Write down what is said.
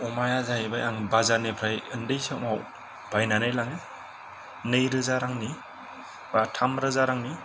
अमाया जाहैबाय आं बाजारनिफ्राय उन्दै समाव बायनानै लायो नैरोजा रांनि बा थामरोजा रांनि